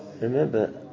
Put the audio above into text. remember